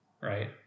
Right